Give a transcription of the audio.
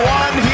one